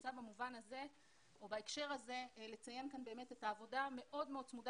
רוצה במובן הזה או בהקשר הזה לציין את העבודה המאוד מאוד צמודה